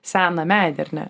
seną medį ar ne